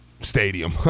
stadium